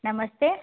नमस्ते